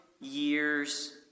years